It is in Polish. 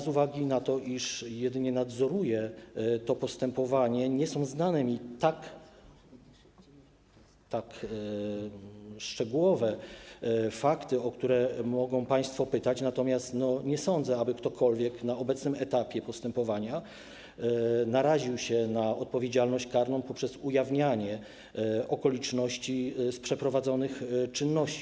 Z uwagi na to, iż jedynie nadzoruję to postępowanie, nie są mi znane tak szczegółowe fakty, o które mogą państwo pytać, natomiast nie sądzę, aby ktokolwiek na obecnym etapie postępowania naraził się na odpowiedzialność karną przez ujawnianie okoliczności przeprowadzonych czynności.